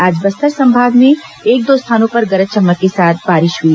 आज बस्तर संभाग में एक दो स्थानों पर गरज चमक के साथ बारिश हई